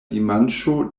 dimanĉo